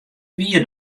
wie